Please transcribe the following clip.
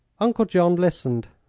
uncle john listened.